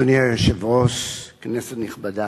אדוני היושב-ראש, כנסת נכבדה,